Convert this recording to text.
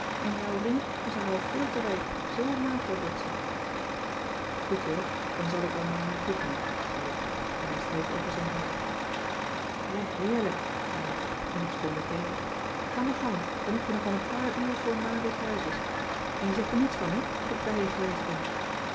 en jouw ring is haar al veel te wijd zo mager wordt ze goed joop dan zal ik wel naar haar toegaan zei jog en hij streek over zijn haar cissy van marxveldt de h b s tijd van joop ter heul hè heerlijk zei ik en ik sprong meteen op ga maar gauw dan heb je nog wel een paar uur voor ma weer thuis is en je zegt er niets van hè dat ik bij je geweest ben